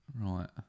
Right